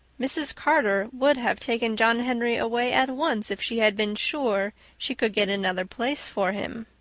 mrs. carter would have taken john henry away at once if she had been sure she could get another place for him.